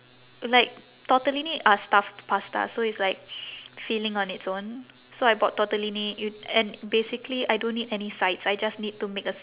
like tortellini are stuffed pasta so it's like filling on its own so I bought tortellini you and basically I don't need any sides I just need to make a